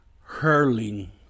hurling